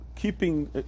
Keeping